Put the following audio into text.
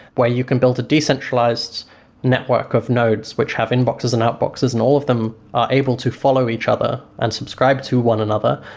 where you can build a decentralized network of nodes which have inboxes and outboxes and all of them are able to follow each other and subscribe to one another.